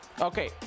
Okay